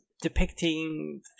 depicting